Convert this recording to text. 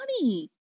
money